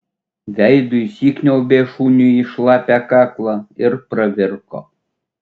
veidu įsikniaubė šuniui į šlapią kaklą ir pravirko